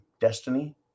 destiny